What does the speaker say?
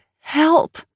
help